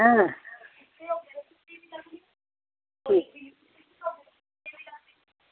ऐं